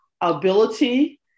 ability